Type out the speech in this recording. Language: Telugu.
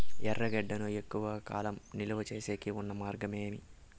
ఎర్రగడ్డ ను ఎక్కువగా కాలం నిలువ సేసేకి ఉన్న మార్గం ఏమి?